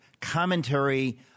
commentary